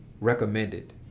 recommended